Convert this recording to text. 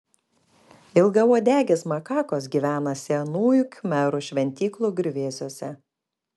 ilgauodegės makakos gyvena senųjų khmerų šventyklų griuvėsiuose